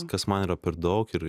kas man yra per daug ir